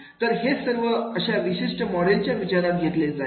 तर हे सर्व अशा विशिष्ट मॉडेलमध्ये विचारात घेतले जाईल